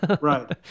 Right